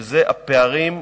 וזה הפערים.